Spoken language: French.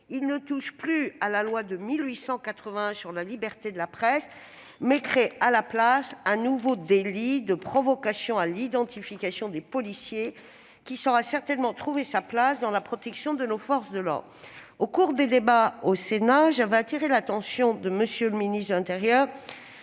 Il ne touche plus à la loi de 1881 sur la liberté de la presse et crée un nouveau délit de « provocation à l'identification » des policiers, qui saura trouver sa place dans la protection de nos forces de l'ordre. Au cours de nos débats, j'ai appelé l'attention de M. le ministre de l'intérieur